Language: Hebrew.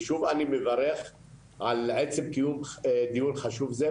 ושוב אני מברך על עצם קיום דיון חשוב זה,